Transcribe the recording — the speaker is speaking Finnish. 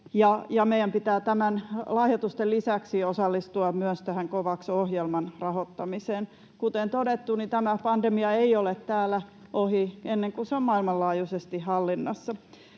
meidän pitää näiden lahjoitusten lisäksi osallistua myös tähän Covax-ohjelman rahoittamiseen. Kuten todettu, tämä pandemia ei ole täällä ohi ennen kuin se on maailmanlaajuisesti hallinnassa.